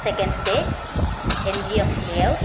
second stage N G F layout